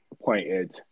appointed